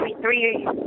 three